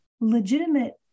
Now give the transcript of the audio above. Legitimate